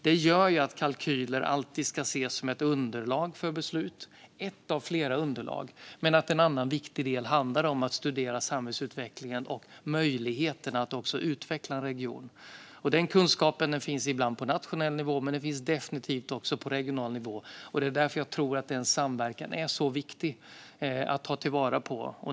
Det gör att kalkyler alltid ska ses som ett av flera underlag för beslut. En annan viktig del handlar om att studera samhällsutvecklingen och möjligheterna att utveckla en region. Den kunskapen finns ibland på nationell nivå, men den finns definitivt också på regional nivå. Det är därför jag tror att den samverkan är så viktig att ta till vara.